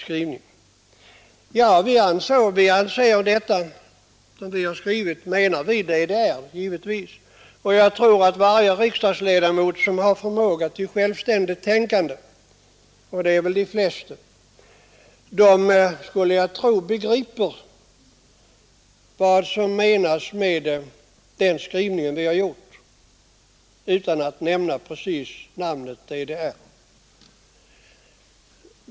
Givetvis avser vi i vår skrivning DDR, och jag tror att varje riksdagsledamot som har förmåga till självständigt tänkande — och det är väl de flesta — begriper vad vi menar med vår skrivning trots att vi inte direkt nämnt namnet DDR.